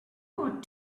ought